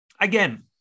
Again